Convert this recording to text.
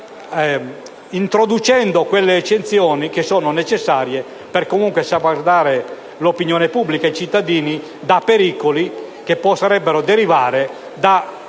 e introducendo anche quelle eccezioni che sono necessarie per salvaguardare comunque l'opinione pubblica e i cittadini da pericoli che potrebbero derivare da